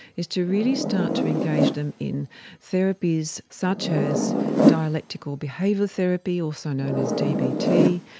is to really start to engage them in therapies such as dialectical behaviour therapy, also known as dbt,